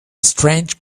strange